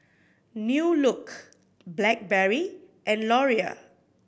New Look Blackberry and Laurier